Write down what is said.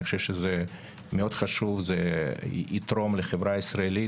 אני חושב שזה חשוב מאוד, זה יתרום לחברה הישראלית,